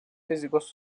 fizikos